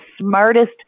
smartest